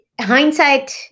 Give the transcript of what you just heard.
hindsight